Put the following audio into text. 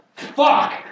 Fuck